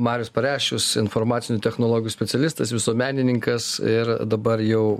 marius pareščius informacinių technologijų specialistas visuomenininkas ir dabar jau